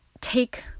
take